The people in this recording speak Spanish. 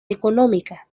económica